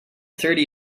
thirty